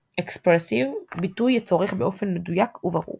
Expressive – ביטוי הצורך באופן מדויק וברור